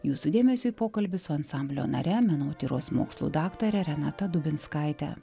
jūsų dėmesiui pokalbis su ansamblio nare menotyros mokslų daktare renata dubinskaite